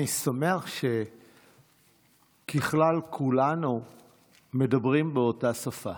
אני שמח שככלל כולנו מדברים באותה שפה.